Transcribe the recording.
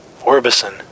Orbison